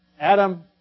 Adam